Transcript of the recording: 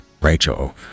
Rachel